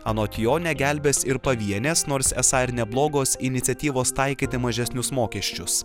anot jo negelbės ir pavienės nors esą ir neblogos iniciatyvos taikyti mažesnius mokesčius